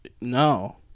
No